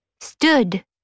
stood